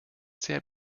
sehr